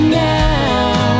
now